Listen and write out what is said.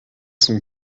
son